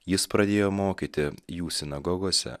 jis pradėjo mokyti jų sinagogose